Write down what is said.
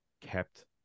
kept